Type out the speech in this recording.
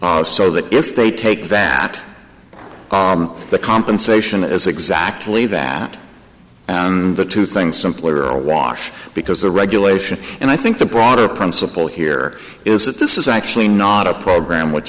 are so that if they take that the compensation is exactly that and the two things simply are awash because the regulation and i think the broader principle here is that this is actually not a program which